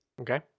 Okay